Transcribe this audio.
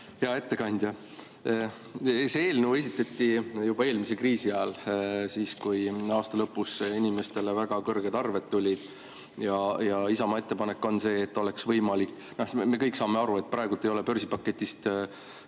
Hea ettekandja! See eelnõu esitati juba eelmise kriisi ajal – siis, kui aasta lõpus inimestele väga kõrged arved tulid. Isamaa ettepanek on see, et oleks võimalik ... Me kõik saame aru, et praegu ei ole [õige] börsipaketist